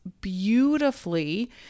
beautifully